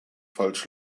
falsch